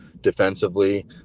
defensively